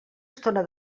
estona